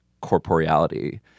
corporeality